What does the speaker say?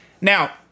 Now